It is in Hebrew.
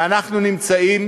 ואנחנו נמצאים